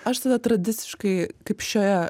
aš tada tradiciškai kaip šioje